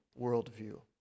worldview